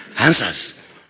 answers